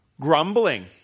Grumbling